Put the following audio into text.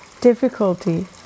difficulty